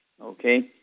Okay